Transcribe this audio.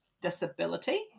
disability